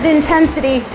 intensity